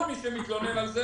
כל מי שמתלונן על זה,